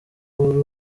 uri